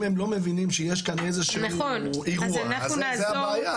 אם הם לא מבינים שיש כאן איזה שהוא אירוע אז זה הבעיה,